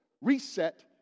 reset